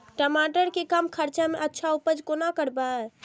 टमाटर के कम खर्चा में अच्छा उपज कोना करबे?